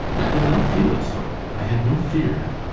i did not feel it so. i had no fear.